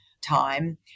time